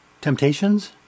Temptations